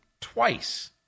twice